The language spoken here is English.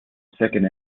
second